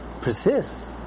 persists